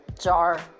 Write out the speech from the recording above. jar